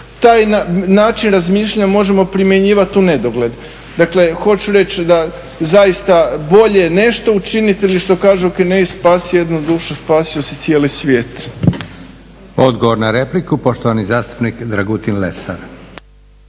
taj način razmišljanja možemo primjenjivat unedogled. Dakle hoću reći da zaista bolje nešto učiniti ili što kažu Kinezi spasi jednu dušu, spasio si cijeli svijet. **Leko, Josip (SDP)** Odgovor na repliku, poštovani zastupnik Dragutin Lesar.